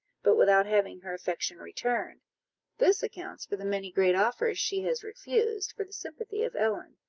but without having her affection returned this accounts for the many great offers she has refused, for the sympathy of ellen,